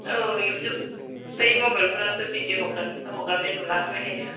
औ इउतुब बै मबाइलफोरावसो भिदिअ हगारनाय नुलाबायनाया